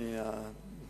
הפעם,